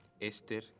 Esther